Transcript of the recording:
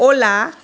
ola